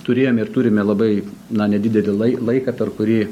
turėjome ir turime labai na nedidelį lai laiką per kurį